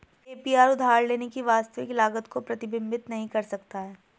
APR उधार लेने की वास्तविक लागत को प्रतिबिंबित नहीं कर सकता है